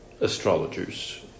astrologers